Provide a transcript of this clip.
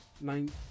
Nine